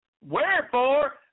Wherefore